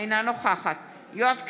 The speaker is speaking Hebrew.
אינה נוכחת יואב קיש,